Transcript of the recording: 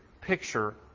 picture